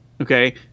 okay